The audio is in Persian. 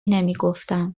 نمیگفتم